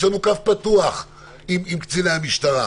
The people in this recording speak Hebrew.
יש לנו קו פתוח עם קציני המשטרה.